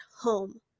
home